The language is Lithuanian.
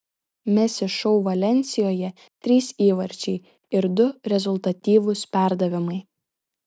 messi šou valensijoje trys įvarčiai ir du rezultatyvūs perdavimai